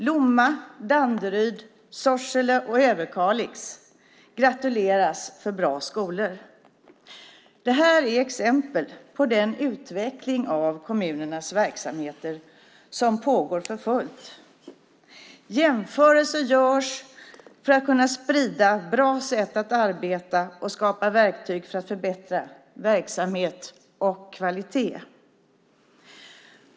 Lomma, Danderyd, Sorsele och Överkalix gratuleras för bra skolor. Det här är exempel på den utveckling av kommunernas verksamheter som pågår för fullt. Jämförelser görs för att kunna sprida bra sätt att arbeta och sprida bra verktyg för att förbättra verksamhet och kvalitet.